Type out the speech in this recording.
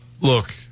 Look